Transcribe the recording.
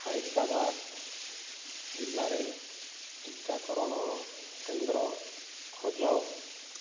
ହାଇଦ୍ରାବାଦ ଜିଲ୍ଲାରେ ଟିକାକରଣ କେନ୍ଦ୍ର ଖୋଜ